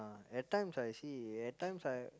at times I see at times I